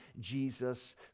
Jesus